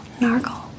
Nargle